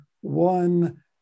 one